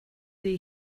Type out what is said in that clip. die